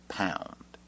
pound